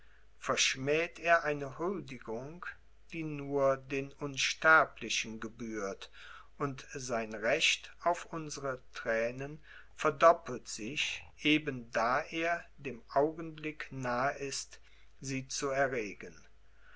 verschmäht er eine huldigung die nur den unsterblichen gebührt und sein recht auf unsere thränen verdoppelt sich eben da er dem augenblick nahe ist sie zu erregen